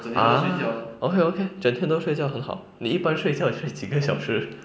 ah okay okay 整天都睡觉很好你一般睡觉睡几个小时